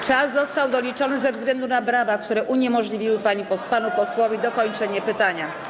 Czas został doliczony ze względu na brawa, które uniemożliwiły panu posłowi dokończenie pytania.